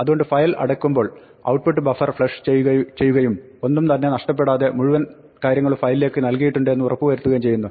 അതുകൊണ്ട് ഫയൽ അടയ്ക്കുുമ്പോൾ output buffer flush ചെയ്യുകയും ഒന്നും തന്നെ നഷ്ടപ്പെടാതെ മുഴുവൻ കാര്യങ്ങളും ഫയലിലേക്ക് നൽകിയിട്ടുണ്ട് എന്ന് ഉറപ്പ് വരുത്തുകയും ചെയ്യുന്നു